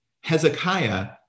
Hezekiah